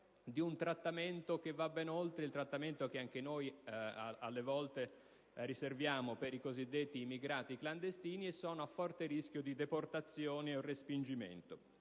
a un trattamento che va ben oltre quello che anche noi, alle volte, riserviamo ai cosiddetti immigrati clandestini, e sono a forte rischio di deportazione o respingimento.